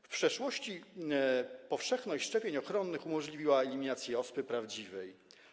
W przeszłości powszechność szczepień ochronnych umożliwiła eliminację ospy prawdziwej.